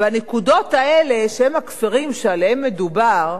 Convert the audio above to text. והנקודות האלה, שהן הכפרים שעליהם מדובר,